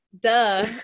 Duh